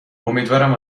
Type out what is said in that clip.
امیدوارم